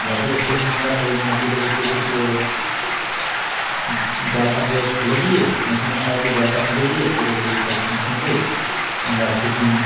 বছরের শেষে আমরা সেই মাছগুলোকে পুকুর পুরো জলটাকে ফেলে দিয়ে মেশিনের সাহায্য জলটা ফেলে দিয়ে পুরো পুকুরটা সিঁচে আমরা শুকিয়ে নি